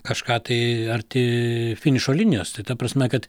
kažką tai arti finišo linijos tai ta prasme kad